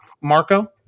marco